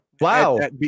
wow